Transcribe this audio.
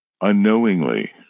unknowingly